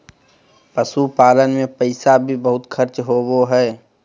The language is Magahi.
पशुपालन मे पैसा भी बहुत खर्च होवो हय